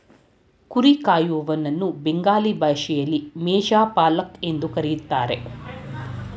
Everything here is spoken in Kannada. ಕುರಿ ಕಾಯುವನನ್ನ ಬೆಂಗಾಲಿ ಭಾಷೆಯಲ್ಲಿ ಮೇಷ ಪಾಲಕ್ ಎಂದು ಕರಿತಾರೆ